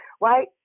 right